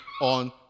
on